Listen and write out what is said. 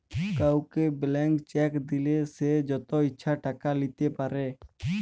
কাউকে blank cheque দিলে সে যত ইচ্ছা টাকা লিতে পারে